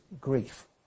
grief